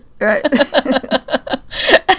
Right